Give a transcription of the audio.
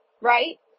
right